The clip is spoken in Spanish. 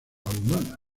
humana